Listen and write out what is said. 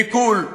be cool,